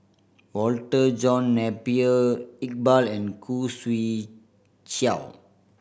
Walter John Napier Iqbal and Khoo Swee Chiow